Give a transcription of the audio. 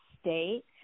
state